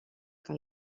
que